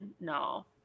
No